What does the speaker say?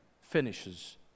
finishes